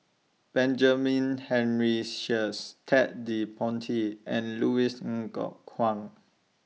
Benjamin Henry Sheares Ted De Ponti and Louis Ng Kok Kwang